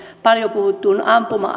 paljon puhuttuun ampuma